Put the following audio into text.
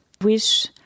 wish